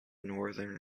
northern